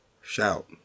Shout